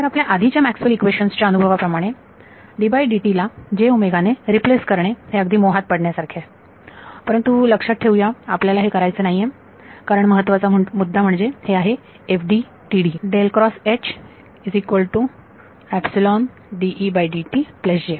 तर आपल्या आधीच्या मॅक्सवेल इक्वेशन्स Maxwell's equations च्या अनुभवाप्रमाणे ला ने रिप्लेस करणे हे अगदी मोहात पडण्यासारखे आहे परंतु लक्षात ठेवूया आपल्याला हे करायचे नाहीये कारण महत्त्वाचा मुद्दा म्हणजे हे आहे FDTD